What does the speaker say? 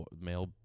male